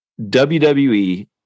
WWE